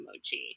emoji